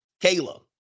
Kayla